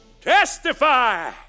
TESTIFY